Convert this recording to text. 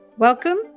Welcome